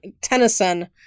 Tennyson